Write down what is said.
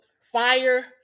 Fire